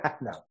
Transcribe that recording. No